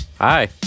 Hi